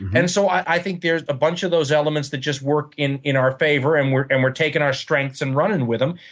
and so i think there are a bunch of those elements that just work in in our favor and we're and we're taking our strengths and running with them.